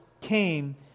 came